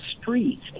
streets